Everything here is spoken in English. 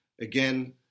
Again